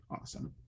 awesome